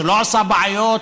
שלא עושה בעיות,